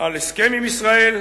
על הסכם עם ישראל.